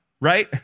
right